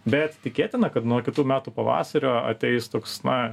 bet tikėtina kad nuo kitų metų pavasario ateis toks na